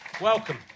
Welcome